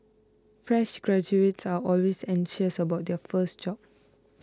fresh graduates are always anxious about their first job